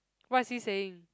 what is he saying